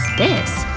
this?